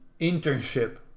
internship